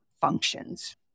functions